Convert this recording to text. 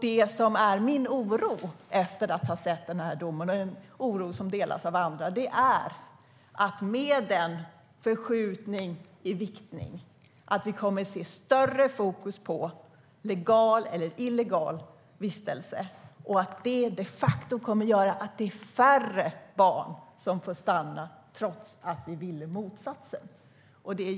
Det som är min oro efter att ha sett domen, och det är en oro som delas av andra, är att vi med en förskjutning i viktning kommer att se större fokus på legal eller illegal vistelse och att det de facto kommer att göra att det är färre barn som får stanna trots att vi ville motsatsen.